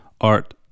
Art